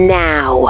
now